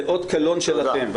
זה אות קלון שלכם.